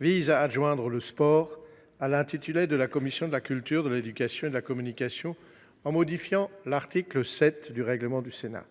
vise à adjoindre le sport à l’intitulé de la commission de la culture, de l’éducation et de la communication, en modifiant l’article 7 du règlement du Sénat.